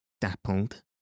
dappled